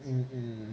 mm